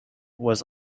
was